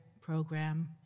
program